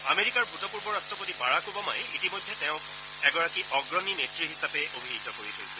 আমেৰিকাৰ ভূতপূৰ্ব ৰাট্টপতি বাৰাক ওবামাই ইতিমধ্যে তেওঁক এগৰাকী অগ্ৰণী নেত্ৰী হিচাপে অভিহিত কৰি থৈছে